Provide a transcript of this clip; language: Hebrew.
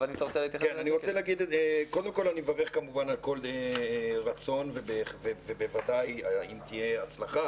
אני כמובן מברך על כל רצון ובוודאי אם תהיה הצלחה,